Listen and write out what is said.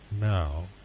now